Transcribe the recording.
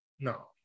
No